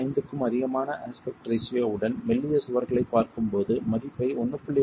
5 க்கும் அதிகமான aspect ratio உடன் மெல்லிய சுவர்களைப் பார்க்கும்போது மதிப்பை 1